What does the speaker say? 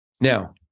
Now